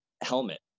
helmet